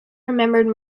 remembered